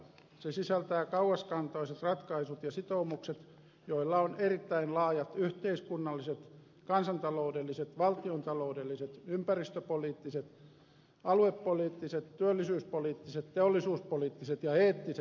se sisältää kauaskantoiset ratkaisut ja sitoumukset joilla on erittäin laajat yhteiskunnalliset kansantaloudelliset valtiontaloudelliset ympäris töpoliittiset aluepoliittiset työllisyyspoliittiset teollisuuspoliittiset ja eettiset vaikutukset